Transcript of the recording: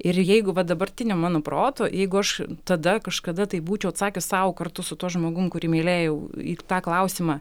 ir jeigu va dabartiniu mano protu jeigu aš tada kažkada tai būčiau atsakius sau kartu su tuo žmogum kurį mylėjau į tą klausimą